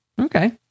Okay